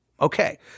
Okay